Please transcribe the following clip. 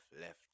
left